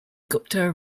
gupta